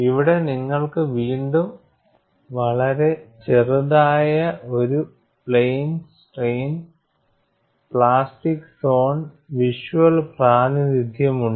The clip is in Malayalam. ഇവിടെ നിങ്ങൾക്ക് വീണ്ടും വളരെ ചെറുതായ ഒരു plain strain plastic zone visual പ്രാതിനിധ്യം ഉണ്ട്